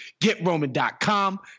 GetRoman.com